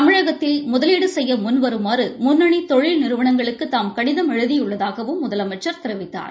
தமிழகத்தில் முதலீடு செய்ய முன் வருமாறு முன்னணி தொழில் நிறுவனங்களுக்கு தாம் கடிதம் எழுதியுள்ளதாகவும் முதலமைச்சர் தெரிவித்தார்